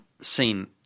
seen